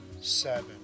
Seven